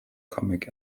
comic